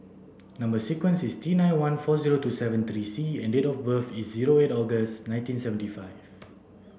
number sequence is T nine one four zero two seven three C and date of birth is zero eight August nineteen seventy five